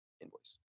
invoice